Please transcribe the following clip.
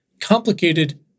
complicated